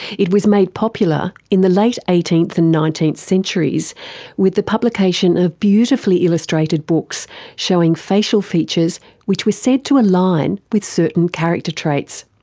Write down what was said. it was made popular in the late eighteenth and nineteenth centuries with the publication of beautifully illustrated books showing facial features which were said to align with certain character traits.